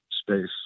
space